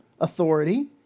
authority